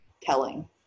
telling